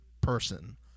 person